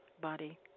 body